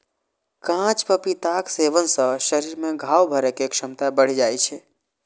कांच पपीताक सेवन सं शरीर मे घाव भरै के क्षमता बढ़ि जाइ छै